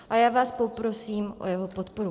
A já vás poprosím o jeho podporu.